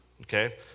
okay